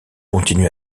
continue